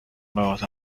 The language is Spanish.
nuevos